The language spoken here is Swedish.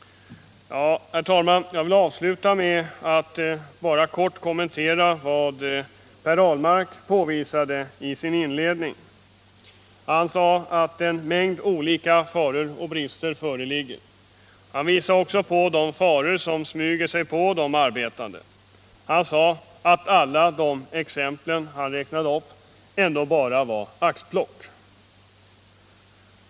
Herr talman! Jag vill sluta med att bara kort kommentera vad Per Ahlmark påvisade i sin inledning. Han sade att en mängd olika faror och brister föreligger, och han nämnde faror som smyger sig på de arbetande. Han sade att alla de exempel han räknade upp ändå bara var axplock.